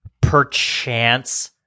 perchance-